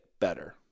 better